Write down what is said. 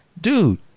Dude